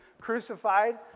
crucified